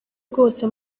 rwose